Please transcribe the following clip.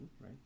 right